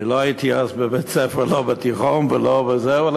אני לא הייתי אז בבית-ספר, לא בתיכון, אלא כבר